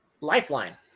Lifeline